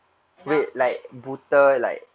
and after that